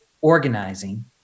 organizing